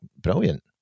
brilliant